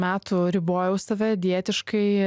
metų ribojau save dietiškai